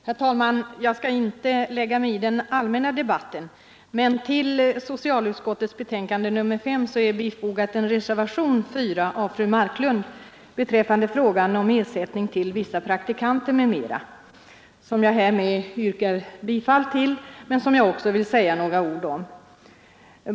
Herr talman! Jag skall inte lägga mig i den allmänna debatten, men vid socialutskottets betänkande nr5 är fogad reservationen 4 av fru Marklund beträffande frågan om ersättning till vissa praktikanter m.m., som jag härmed yrkar bifall till men som jag också vill säga några ord om.